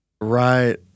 Right